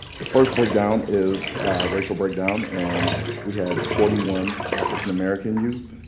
the first breakdown is racial breakdown. and we had forty one african-american youth,